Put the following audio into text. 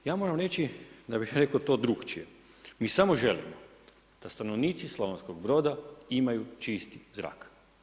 Ja moram reći da bih rekao to drukčije, mi samo želimo da stanovnici Slavonskog Broda imaju čist zrak.